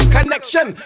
Connection